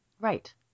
Right